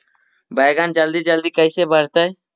बैगन जल्दी जल्दी कैसे बढ़तै?